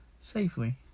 safely